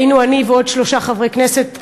היינו אני ועוד שלושה חברי כנסת,